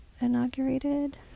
inaugurated